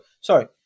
Sorry